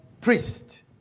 priest